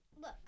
Look